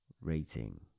Rating